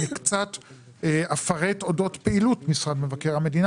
אני קצת אפרט אודות פעילות משרד מבקר המדינה